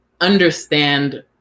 understand